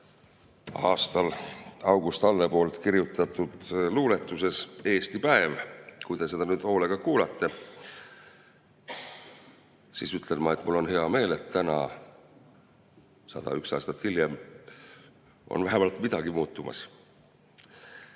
aastal August Alle kirjutatud luuletuses "Eesti päev". Kui te seda nüüd hoolega kuulate, siis ütlen ma, et mul on hea meel, et täna, 101 aastat hiljem on vähemalt midagi muutumas